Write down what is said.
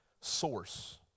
source